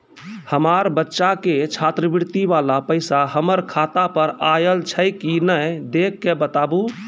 हमार बच्चा के छात्रवृत्ति वाला पैसा हमर खाता पर आयल छै कि नैय देख के बताबू?